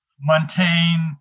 Montaigne